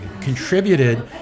contributed